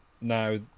now